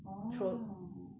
orh